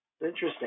Interesting